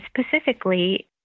specifically